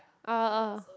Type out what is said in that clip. uh